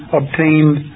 obtained